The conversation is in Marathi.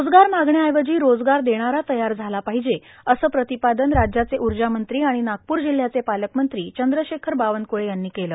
रोजगार मागण्याऐवजी रोजगार देणारा तयार झाला पाहिजे असं प्रतिपादन राज्याचे उर्जामंत्री आणि नागपूर जिल्ह्याचे पालकमंत्री चंद्रशेखर बावनकुळे यांनी केलं